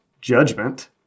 Judgment